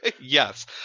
yes